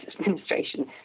administration